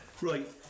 Right